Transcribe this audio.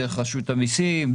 דרך רשות המיסים,